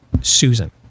Susan